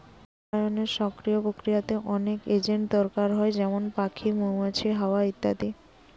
পরাগায়নের সক্রিয় প্রক্রিয়াতে অনেক এজেন্ট দরকার হয় যেমন পাখি, মৌমাছি, হাওয়া ইত্যাদি